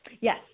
yes